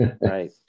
Right